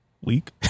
week